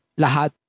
lahat